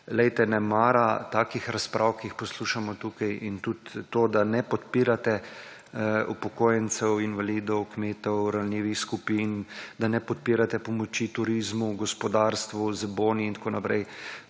poglejte, ne mara takih razprav, ki jih poslušamo tukaj in tudi to, da ne podpirate upokojencev, invalidov, kmetov, ranljivih skupin, da ne podpirate pomoči turizmu, v gospodarstvu, z boni in tako naprej